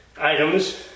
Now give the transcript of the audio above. items